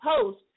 post